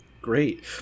great